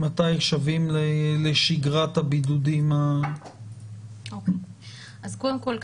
מתי שבים לשגרת הבידודים --- קודם כל,